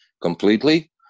completely